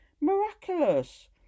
miraculous